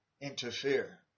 interfere